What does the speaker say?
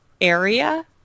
area